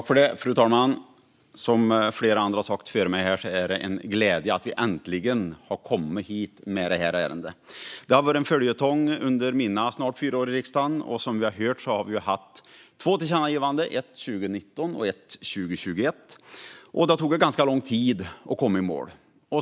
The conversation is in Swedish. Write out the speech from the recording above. Fru talman! Som flera före mig har sagt är det en glädje att vi äntligen har nått fram med detta ärende. Det har varit en följetong under mina snart fyra år i riksdagen. Som vi har hört har riksdagen gjort två tillkännagivanden, ett 2019 och ett 2021, och det har tagit ganska lång tid att komma i mål.